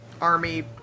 army